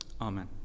Amen